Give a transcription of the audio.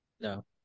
No